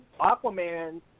Aquaman